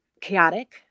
chaotic